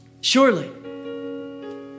Surely